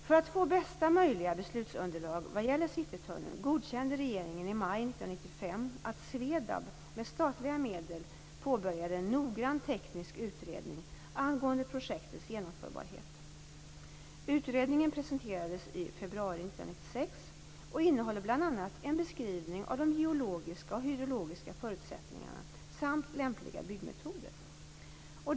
För att få bästa möjliga beslutsunderlag vad gäller Citytunneln godkände regeringen i maj 1995 att Svedab med statliga medel påbörjade en noggrann teknisk utredning angående projektets genomförbarhet. Utredningen presenterades i februari 1996 och innehåller bl.a. en beskrivning av de geologiska och hydrologiska förutsättningarna samt lämpliga byggmetoder.